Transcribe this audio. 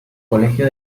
colegio